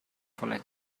voller